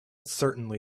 certainly